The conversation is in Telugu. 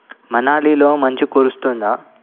మనాలీలో మంచు కురుస్తోందా